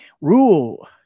Rule